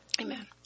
Amen